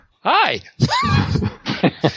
Hi